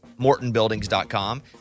MortonBuildings.com